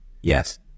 Yes